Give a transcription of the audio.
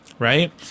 Right